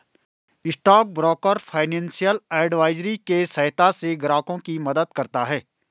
stock broker financial advisory के सहायता से ग्राहकों की मदद करता है